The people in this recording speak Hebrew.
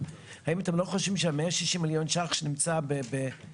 אתמול התקיים כנס ראשון מסוגו במדינת ישראל שבו ישבו